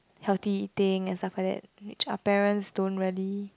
healthy thing and stuff like that which our parent don't really